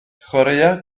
chwaraea